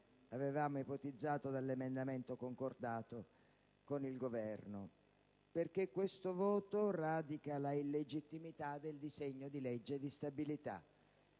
avevamo ipotizzato dall'emendamento concordato con il Governo. Infatti, questo voto radica l'illegittimità del disegno di legge di stabilità